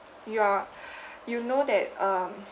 you're you know that um